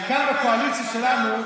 אנחנו אמרנו שכאן בקואליציה שלנו,